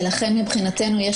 ולכן,